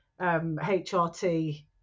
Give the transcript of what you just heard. hrt